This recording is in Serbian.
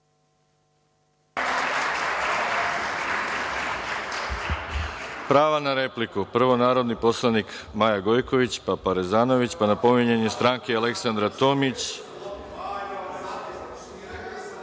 Pravo na repliku, prvo narodni poslanik Maja Gojković, pa Parezanović, pa na pominjanje stranke Aleksandra Tomić.(Marko